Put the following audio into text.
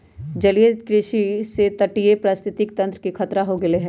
जलीय कृषि से तटीय पारिस्थितिक तंत्र के खतरा हो गैले है